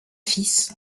fils